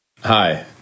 Hi